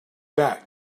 back